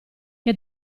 che